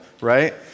right